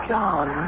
John